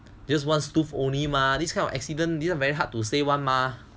just stove only mah this kind of accident this one very hard to say [one] mah